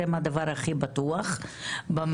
אתם הדבר הכי בטוח במערכת,